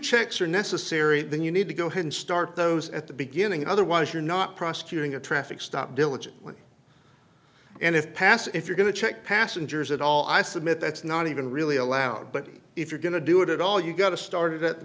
checks are necessary then you need to go and start those at the beginning otherwise you're not prosecuting a traffic stop diligently and if pass if you're going to check passengers at all i submit that's not even really allowed but if you're going to do it at all you've got to start at the